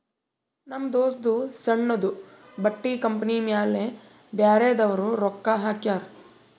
ನಮ್ ದೋಸ್ತದೂ ಸಣ್ಣುದು ಬಟ್ಟಿ ಕಂಪನಿ ಮ್ಯಾಲ ಬ್ಯಾರೆದವ್ರು ರೊಕ್ಕಾ ಹಾಕ್ಯಾರ್